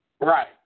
Right